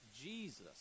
Jesus